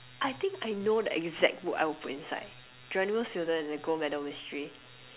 I think I know the exact book I would put inside Geronimo-Stilton and the gold medal mystery